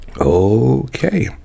Okay